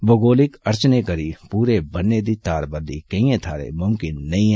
भौगालिक अड़चनें करी पूरे बन्ने दी तारबंदी केइएं थाहरें मुमकन नेईं ऐ